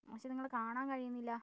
പക്ഷെ നിങ്ങളെ കാണാൻ കഴിയുന്നില്ല